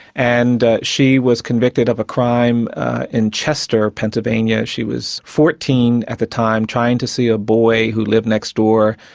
and she was convicted of a crime in chester, pennsylvania. she was fourteen at the time, trying to see a boy who lived next door,